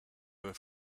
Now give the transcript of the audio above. ever